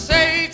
say